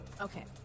Okay